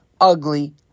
Ugly